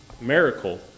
miracle